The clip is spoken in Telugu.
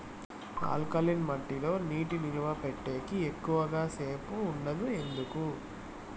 ఆల్కలీన్ మట్టి లో నీటి నిలువ పెట్టేకి ఎక్కువగా సేపు ఉండదు ఎందుకు